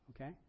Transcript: Okay